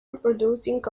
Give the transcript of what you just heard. reproducing